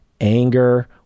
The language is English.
anger